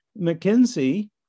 McKinsey